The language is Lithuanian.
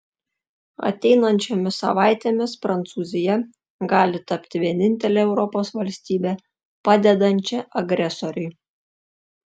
ateinančiomis savaitėmis prancūzija gali tapti vienintele europos valstybe padedančia agresoriui